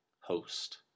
host